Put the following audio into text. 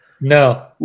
No